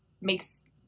makes